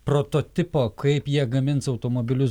prototipo kaip jie gamins automobilius